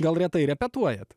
gal retai repetuojat